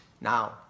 now